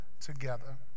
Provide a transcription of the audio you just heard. together